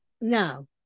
No